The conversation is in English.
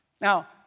Now